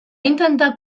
intentar